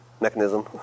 mechanism